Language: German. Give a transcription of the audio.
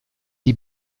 die